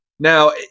Now